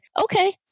Okay